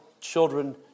children